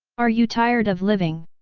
are you tired of living!